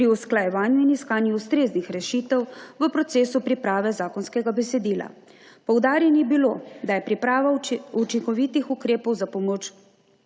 pri usklajevanju in iskanju ustreznih rešitev v procesu priprave zakonskega besedila. Poudarjeno je bilo, da je priprava učinkovitih ukrepov za pomoč